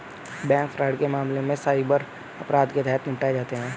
bank fraud के मामले cyber अपराध के तहत निपटाए जाते हैं